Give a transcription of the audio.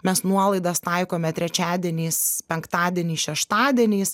mes nuolaidas taikome trečiadieniais penktadieniais šeštadieniais